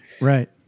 Right